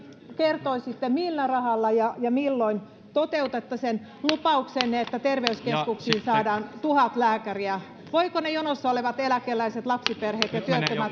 kertoisitte millä rahalla ja ja milloin toteutatte sen lupauksenne että terveyskeskuksiin saadaan tuhat lääkäriä voivatko ne jonossa olevat eläkeläiset lapsiperheet ja työttömät